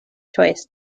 choice